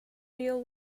deal